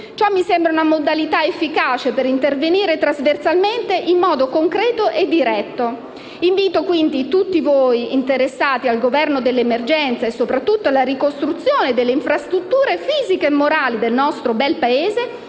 Ciò mi sembra una modalità efficace per intervenire trasversalmente in modo concreto e diretto. Invito quindi tutti voi, interessati al governo dell'emergenza e soprattutto alla ricostruzione delle infrastrutture fisiche e morali del nostro bel Paese,